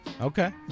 Okay